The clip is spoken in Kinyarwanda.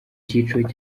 cyiciro